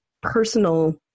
personal